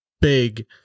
big